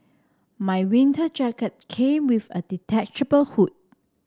my winter jacket came with a detachable hood